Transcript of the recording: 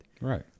right